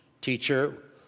teacher